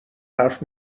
حرف